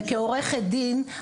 וכעורכת דין,